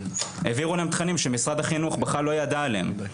העבירו לכם תכנים שמשרד החינוך בכלל לא ידע עליהם.